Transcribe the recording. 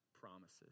promises